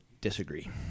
Disagree